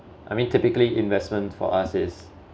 I mean typically investment for us is